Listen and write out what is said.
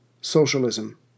socialism